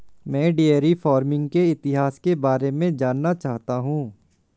मैं dairy farming के इतिहास के बारे में जानना चाहता हूं